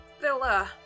Villa